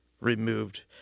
removed